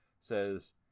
says